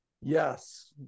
Yes